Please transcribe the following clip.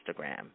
Instagram